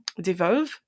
devolve